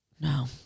no